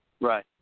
Right